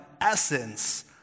essence